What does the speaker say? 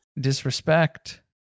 Disrespect